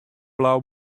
blau